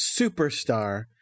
superstar